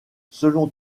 selon